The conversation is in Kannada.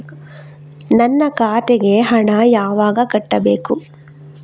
ನನ್ನ ಖಾತೆಗೆ ಹಣ ಯಾವಾಗ ಕಟ್ಟಬೇಕು?